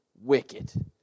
wicked